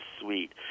sweet